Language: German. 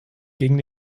gegen